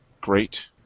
great